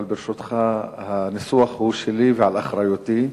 אבל, ברשותך, הניסוח הוא שלי ועל אחריותי,